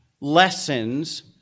Lessons